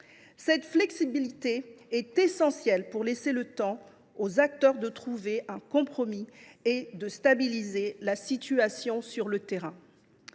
Cette flexibilité est essentielle pour laisser aux acteurs le temps de trouver un compromis et de stabiliser la situation sur le terrain.